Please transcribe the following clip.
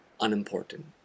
Unimportant